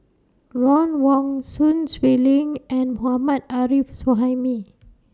Ron Wong Sun Xueling and Mohammad Arif Suhaimi